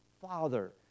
father